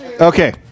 Okay